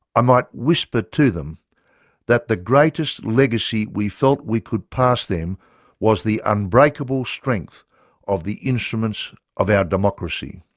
i might whisper to them that the greatest legacy we felt we could pass them was the unbreakable strength of the instruments of our democracy.